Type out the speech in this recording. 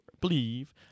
believe